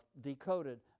decoded